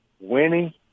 winning